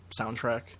soundtrack